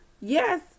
yes